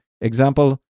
example